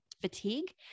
fatigue